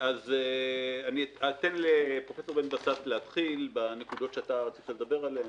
אני אתן לפרופ' בן בסט להתחיל בנקודות שאתה תרצה לדבר עליהן,